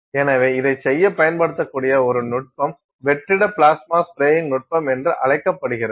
எனவே இதைச் செய்ய பயன்படுத்தக்கூடிய ஒரு நுட்பம் வெற்றிட பிளாஸ்மா ஸ்பிரேயிங் நுட்பம் என்று அழைக்கப்படுகிறது